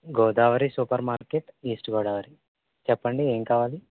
Godavari supermarket east Godavari చెప్పండి ఏం కావాలి